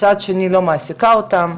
מצד שני היא לא מעסיקה אותן.